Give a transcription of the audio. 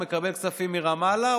הוא מקבל כספים מרמאללה,